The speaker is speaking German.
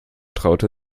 traute